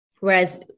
Whereas